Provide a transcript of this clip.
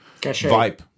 vibe